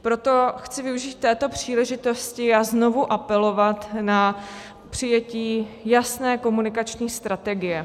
Proto chci využít této příležitosti a znovu apelovat na přijetí jasné komunikační strategie.